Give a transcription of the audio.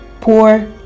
poor